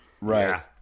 Right